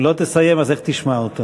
אם לא תסיים, אז איך תשמע אותו?